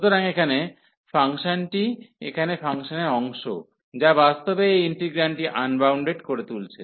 সুতরাং এখানে ফাংশনটি এখানে ফাংশনের অংশ যা বাস্তবে এই ইন্টিগ্রান্ডটি আনবাউন্ডেড করে তুলছে